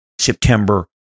September